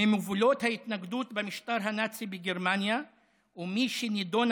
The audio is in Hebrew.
ממובילות ההתנגדות במשטר הנאצי בגרמניה ומי שנידונה